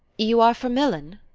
you are for milan?